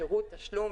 שירות תשלום,